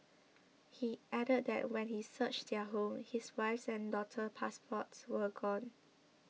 he added that when he searched their home his wife's and daughter's passports were gone